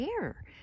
air